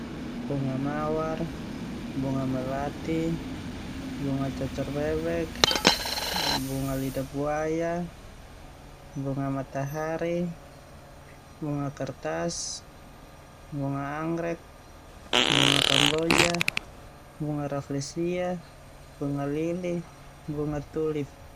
Bunga mawar, bunga melati, bunga cocor bebek, bunga lidah buaya, bunga matahati, bunga kertas, bunga angggrek, bunga kamboja, bunga raflesia, bunga lili, bunga tulip.